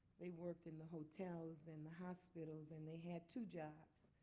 they worked in the hotels and the hospitals. and they had two jobs.